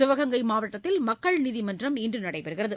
சிவகங்கை மாவட்டத்தில் மக்கள் நீதிமன்றம் இன்று நடைபெறுகிறது